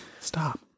Stop